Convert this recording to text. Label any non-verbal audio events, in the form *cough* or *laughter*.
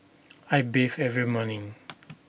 I bathe every morning *noise*